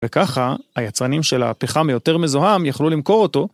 וככה היצרנים של הפחם היותר מזוהם יכלו למכור אותו